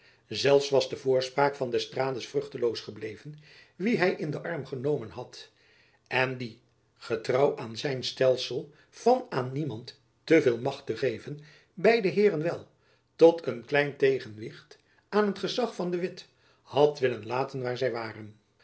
zelfs was de voorspraak van d'estrades vruchteloos geweest wien hy in den arm genomen had en die getrouw aan zijn stelsel van aan niemand te veel macht te geven beide heeren wel tot een klein tegenwicht aan het gezach van de witt had willen laten waar zy waren